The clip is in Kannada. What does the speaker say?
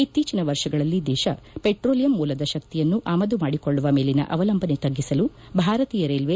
ಇತ್ತೀಚನ ವರ್ಷಗಳಲ್ಲಿ ದೇಶ ಪೆಟ್ರೋಲಿಯಂ ಮೂಲದ ಶಕ್ತಿಯನ್ನು ಆಮದು ಮಾಡಿಕೊಳ್ಳುವ ಮೇಲಿನ ಅವಲಂಬನೆ ತಗ್ಗಿಸಲು ಭಾರತೀಯ ರೈಲ್ವೆ